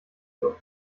doch